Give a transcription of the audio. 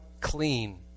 clean